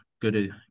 good